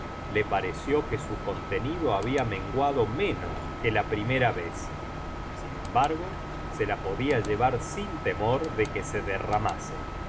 le pareció que su contenido habia menguado menos que la primera vez sin embargo se la podia llevar sin temor de que se derramase